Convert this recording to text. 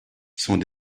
sont